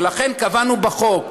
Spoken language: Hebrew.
ולכן קבענו בחוק: